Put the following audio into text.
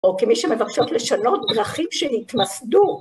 או כמי שמבקשות לשנות דרכים שנתמסדו